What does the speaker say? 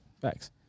Facts